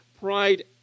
pride